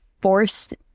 forced